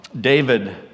David